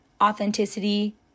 authenticity